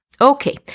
okay